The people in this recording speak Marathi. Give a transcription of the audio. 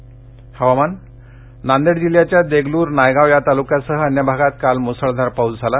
नांदेड पाऊस नांदेड जिल्ह्याच्या देगलूर नायगांव या तालुक्यासह बन्य भागात काल मुसळघार पाऊस झाला